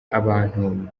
abantu